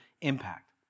impact